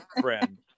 friend